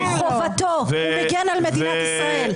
הוא מגן על מדינת ישראל.